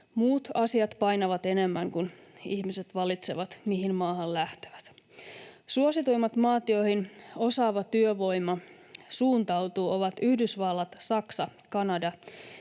Muut asiat painavat enemmän, kun ihmiset valitsevat, mihin maahan lähtevät. Suosituimmat maat, joihin osaava työvoima suuntautuu, ovat Yhdysvallat, Saksa, Kanada,